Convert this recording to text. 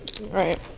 right